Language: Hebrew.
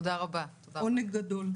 עונג גדול.